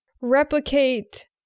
replicate